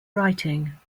writing